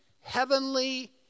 heavenly